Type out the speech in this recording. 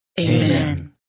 Amen